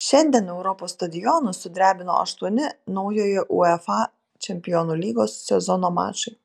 šiandien europos stadionus sudrebino aštuoni naujojo uefa čempionų lygos sezono mačai